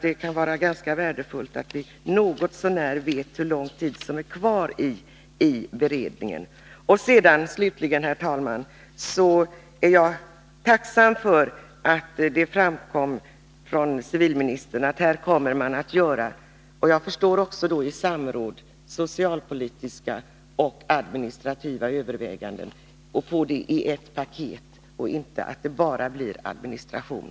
Det kan vara ganska värdefullt att veta något så när hur lång tid som beredningen kommer att ta. Jag är tacksam för beskedet från civilministern att man i samråd kommer att göra både socialpolitiska och administrativa överväganden och samla dem i ett paket, så att det inte bara handlar om administration.